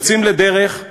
יוצאים לדרך,